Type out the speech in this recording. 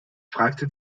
fragte